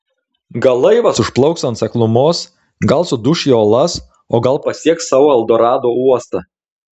gal laivas užplauks ant seklumos gal suduš į uolas o gal pasieks savo eldorado uostą